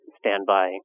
standby